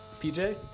PJ